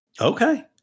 Okay